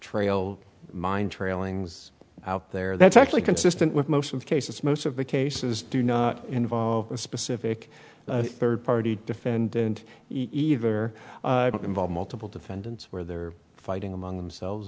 trail mind trailing out there that's actually consistent with most of cases most of the cases do not involve a specific third party defendant either involve multiple defendants where they're fighting among themselves